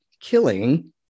killing